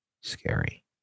scary